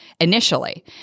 initially